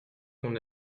qu’on